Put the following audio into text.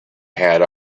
had